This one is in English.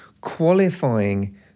qualifying